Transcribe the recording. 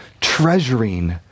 treasuring